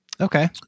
okay